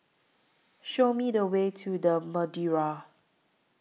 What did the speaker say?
Show Me The Way to The Madeira